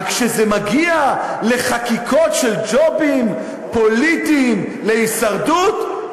אבל כשזה מגיע לחקיקות של ג'ובים פוליטיים להישרדות,